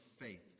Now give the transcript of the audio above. faith